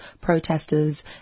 protesters